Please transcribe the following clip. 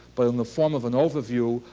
but in the form of an overview,